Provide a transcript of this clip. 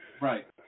Right